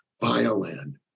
violin